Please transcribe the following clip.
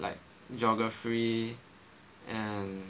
like Geography and